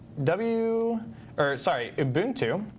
w or sorry, ubuntu.